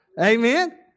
Amen